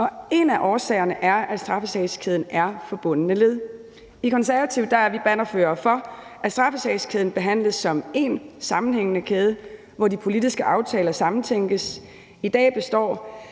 En af årsagerne er, at straffesagskæden er forbundne led. I Konservative er vi bannerførere for, at straffesagskæden behandles som én sammenhængende kæde, hvor de politiske aftaler sammentænkes. I dag består